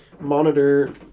monitor